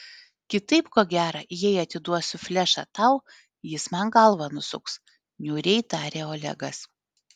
kitaip ko gero jei atiduosiu flešą tau jis man galvą nusuks niūriai tarė olegas